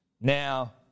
Now